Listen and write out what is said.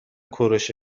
کوروش